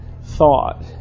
thought